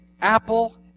Apple